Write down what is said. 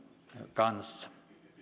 kanssa